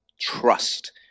Trust